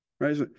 right